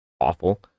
awful